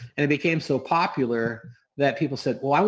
and it became so popular that people said, well,